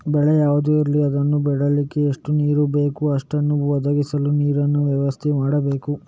ಬೆಳೆ ಯಾವುದೇ ಇರ್ಲಿ ಅದನ್ನ ಬೆಳೀಲಿಕ್ಕೆ ಎಷ್ಟು ನೀರು ಬೇಕೋ ಅಷ್ಟನ್ನ ಒದಗಿಸಲು ನೀರಿನ ವ್ಯವಸ್ಥೆ ಮಾಡ್ಬೇಕು